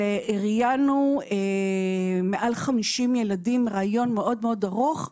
ראיינו מעל 50 ילדים ראיון מאוד ארוך.